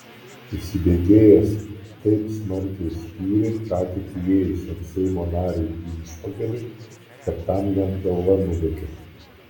įsibėgėjęs taip smarkiai spyrė ką tik įėjusiam seimo nariui į užpakalį kad tam net galva nulėkė